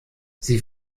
sie